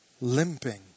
limping